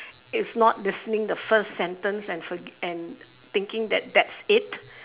it's not listening the first sentence and forget and thinking that that's it